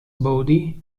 body